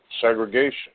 segregation